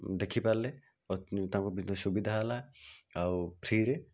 ଦେଖିପାରିଲେ ଓ ତାଙ୍କୁ ସୁବିଧା ହେଲା ଆଉ ଫ୍ରିରେ